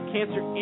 Cancer